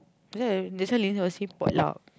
pasal that's why Lin was saying potluck